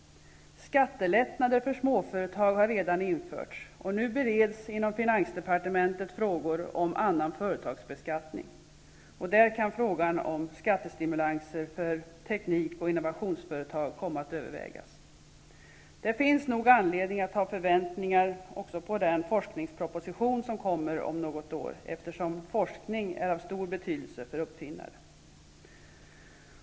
Skattelättnader för småföretag har redan införts, och nu bereds inom finansdepartementet frågor om annan företagsbeskattning. Där kan frågan om skattestimulanser för teknik och innovationsföretag komma att övervägas. Det finns nog anledning att ha förväntningar på den forskningsproposition som kommer om något år, eftersom forskning är av stor betydelse för uppfinnare.